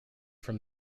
from